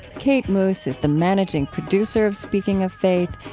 kate moos is the managing producer of speaking of faith,